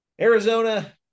Arizona